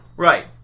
Right